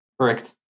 Correct